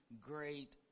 great